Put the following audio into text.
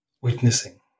witnessing